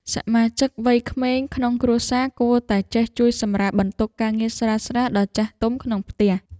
សមាជិកវ័យក្មេងក្នុងគ្រួសារគួរតែចេះជួយសម្រាលបន្ទុកការងារស្រាលៗដល់ចាស់ទុំក្នុងផ្ទះ។